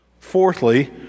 Fourthly